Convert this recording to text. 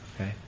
Okay